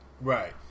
Right